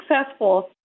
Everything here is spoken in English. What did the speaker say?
successful